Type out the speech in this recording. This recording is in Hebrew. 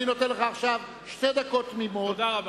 אני נותן לך עכשיו שתי דקות תמימות, תודה רבה.